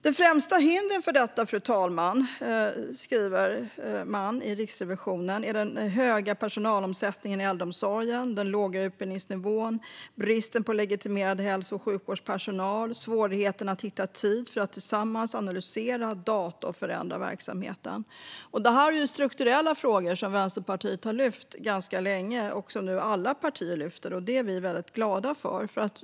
Det främsta hindret, enligt Riksrevisionen, är den höga personalomsättningen i äldreomsorgen, den låga utbildningsnivån, bristen på legitimerad hälso och sjukvårdspersonal samt svårigheten att hitta tid för att tillsammans analysera data och förändra verksamheten. Det här är strukturella frågor som Vänsterpartiet har lyft upp länge, och nu lyfter alla partierna fram dessa frågor. Det är vi glada för.